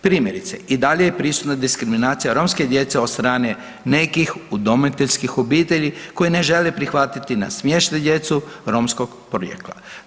Primjerice, i dalje je prisutna diskriminacija romske djece od strane nekih udomiteljskih obitelji koji ne žele prihvatiti na smještaj djecu romskog porijekla.